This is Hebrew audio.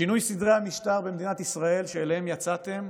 שינוי סדרי המשטר במדינת ישראל שאליו יצאתם,